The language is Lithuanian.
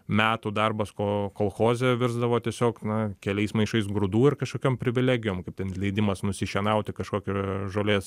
metų darbas ko kolchoze virsdavo tiesiog na keliais maišais grūdų ir kažkokiom privilegijom kaip ten leidimas nusišienauti kažkokį žolės